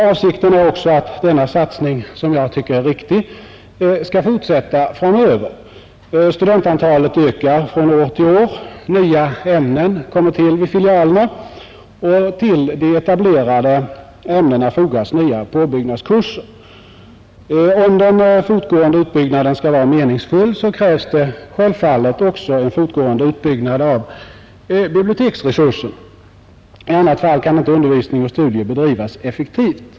Avsikten är också att denna satsning — som jag tycker är riktig — skall fortsätta framöver. Studentantalet ökar från år till år, nya ämnen kommer till vid filialerna och till de etablerade ämnena fogas nya påbyggnadskurser. Om den fortgående utbyggnaden skall vara meningsfull krävs det självfallet också en fortgående utbyggnad av biblioteksresurser. I annat fall kan inte undervisning och studier bedrivas effektivt.